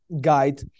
guide